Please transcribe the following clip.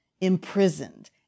imprisoned